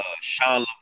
Sean